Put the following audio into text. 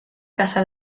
casa